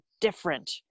different